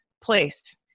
place